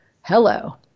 Hello